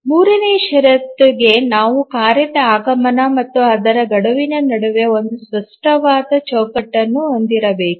ಮೂರನೆಯ ಷರತ್ತುಗೆ ನಾವು ಕಾರ್ಯದ ಆಗಮನ ಮತ್ತು ಅದರ ಗಡುವಿನ ನಡುವೆ ಒಂದು ಸ್ಪಷ್ಟವಾದ ಚೌಕಟ್ಟನ್ನು ಹೊಂದಿರಬೇಕು